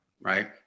right